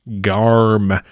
Garm